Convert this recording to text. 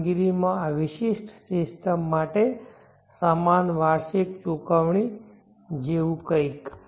કામગીરીમાં આ વિશિષ્ટ સિસ્ટમ માટે સમાન વાર્ષિક ચુકવણી જેવી કંઈક